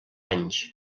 anys